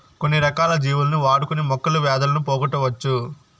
కొన్ని రకాల జీవులను వాడుకొని మొక్కలు వ్యాధులను పోగొట్టవచ్చు